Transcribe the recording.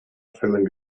feeling